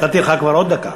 נתתי לך כבר עוד דקה.